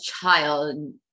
child